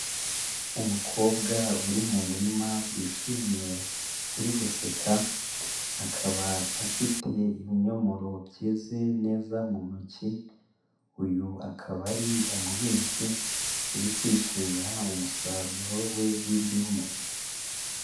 Umukobwa uri mu murima, wishimye, uri guseka, akaba afite ibinyomoro byeze neza mu ntoki, uyu akaba ari umuhinzi uri kwishimira umusaruro we w'ibinyomoro.